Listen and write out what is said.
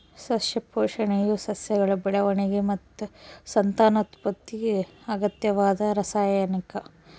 ಸಸ್ಯ ಪೋಷಣೆಯು ಸಸ್ಯಗಳ ಬೆಳವಣಿಗೆ ಮತ್ತು ಸಂತಾನೋತ್ಪತ್ತಿಗೆ ಅಗತ್ಯವಾದ ರಾಸಾಯನಿಕ